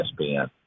ESPN